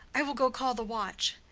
i will go call the watch.